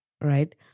right